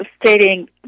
stating